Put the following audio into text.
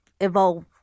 evolve